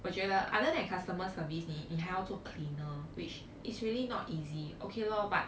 我觉得 other than customer service 你你还要做 cleaner which is really not easy okay lor but